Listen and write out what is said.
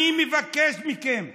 אני מבקש מכם סולידריות.